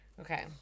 Okay